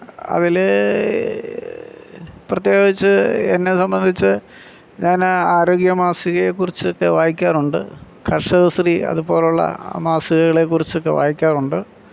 അതിൽ പ്രത്യേകിച്ച് എന്നെ സംബന്ധിച്ച് ഞാൻ ആരോഗ്യമാസികയെ കുറിച്ചൊക്കെ വായിക്കാറുണ്ട് കര്ഷകശ്രീ അതുപോലെയുള്ള മാസികകളെ കുറിച്ചൊക്കെ വായിക്കാറുണ്ട്